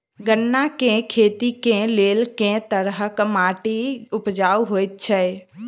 गन्ना केँ खेती केँ लेल केँ तरहक माटि उपजाउ होइ छै?